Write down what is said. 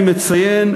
אני מציין,